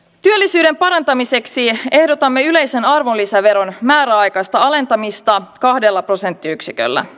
työllisyyden parantamiseksi ehdotamme yleisen arvonlisäveron määräaikaista alentamista kahdella prosenttiyksiköllä